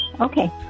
Okay